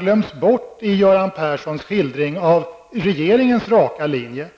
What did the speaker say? glöms bort i Göran Perssons skildring av regeringens ''raka'' linje.